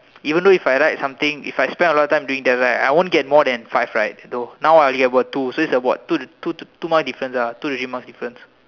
even though if I write something if I spend a lot of time doing that I won't get more than five right now I get about two so its like two to three marks difference